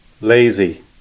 lazy